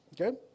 Okay